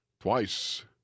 twice